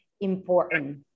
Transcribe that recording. important